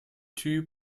two